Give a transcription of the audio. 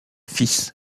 fils